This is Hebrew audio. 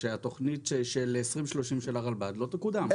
שהתוכנית של 2030 של הרלב"ד לא תקודם.